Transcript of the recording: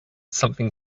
something